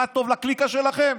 מה טוב לקליקה שלכם?